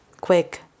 quick